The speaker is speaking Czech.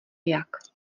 jak